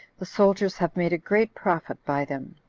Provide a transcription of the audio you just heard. the soldiers have made a great profit by them.